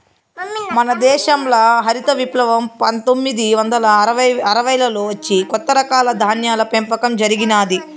మన దేశంల హరిత విప్లవం పందొమ్మిది వందల అరవైలలో వచ్చి కొత్త రకాల ధాన్యాల పెంపకం జరిగినాది